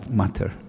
matter